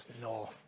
no